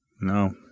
No